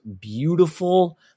beautiful